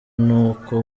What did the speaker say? nuko